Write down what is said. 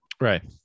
Right